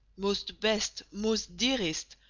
most best, most dearest,